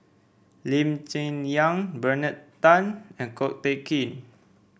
Lee Cheng Yan Bernard Tan and Ko Teck Kin